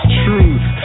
truth